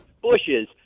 Bushes